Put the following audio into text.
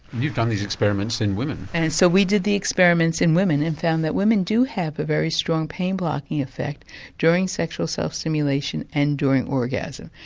you've done these experiments in women. and so we did the experiments in women and found that women do have a very strong pain blocking effect during sexual self-stimulation, and during orgasm.